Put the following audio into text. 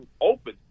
open